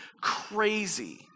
crazy